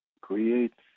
creates